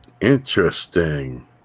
Interesting